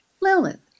Lilith